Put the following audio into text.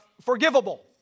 forgivable